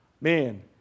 Man